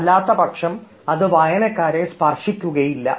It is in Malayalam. അല്ലാത്തപക്ഷം അത് വായനക്കാരെ സ്പർശിക്കുകയില്ല